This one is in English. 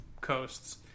coasts